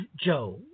Joe